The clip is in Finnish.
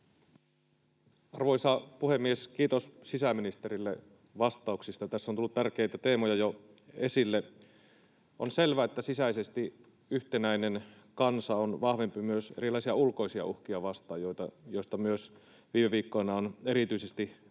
Arvoisa puhemies! Kiitos sisäministerille vastauksista. Tässä on tullut tärkeitä teemoja jo esille. — On selvä, että sisäisesti yhtenäinen kansa on vahvempi myös erilaisia ulkoisia uhkia vastaan, joista myös viime viikkoina on erityisesti puhuttu.